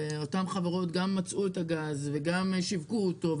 אותן חברות גם מצאו את הגז וגם שיווקו אותו,